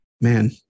Man